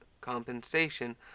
compensation